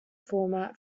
format